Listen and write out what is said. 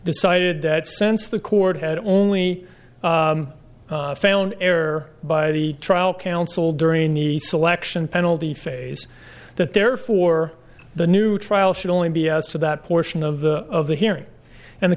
decided that since the court had only found air by the trial counsel during the selection penalty phase that therefore the new trial should only be asked to that portion of the of the hearing and the